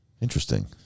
Interesting